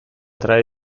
tre